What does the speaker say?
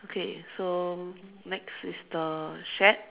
okay so next is the shed